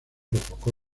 rococó